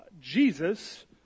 Jesus